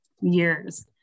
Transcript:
years